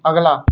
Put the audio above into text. ਅਗਲਾ